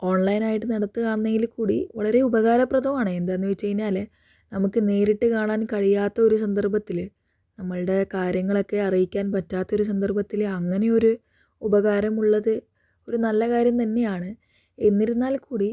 ഓൺലൈനായിട്ട് നടത്തുകയാണെങ്കിൽ കൂടി വളരെ ഉപകാരപ്രദവും ആണ് എന്താണെന്ന് വച്ച് കഴിഞ്ഞാൽ നമുക്ക് നേരിട്ട് കാണാൻ കഴിയാത്ത ഒരു സന്ദർഭത്തിൽ നമ്മളുടെ കാര്യങ്ങളൊക്കെ അറിയിക്കാൻ പറ്റാത്ത ഒരു സന്ദർഭത്തിൽ അങ്ങനെ ഒരു ഉപകാരം ഉള്ളത് ഒരു നല്ല കാര്യം തന്നെയാണ് എന്നിരുന്നാൽക്കൂടി